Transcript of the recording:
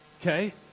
okay